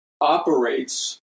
operates